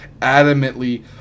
adamantly